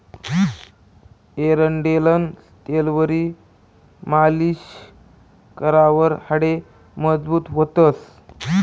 एरंडेलनं तेलवरी मालीश करावर हाडे मजबूत व्हतंस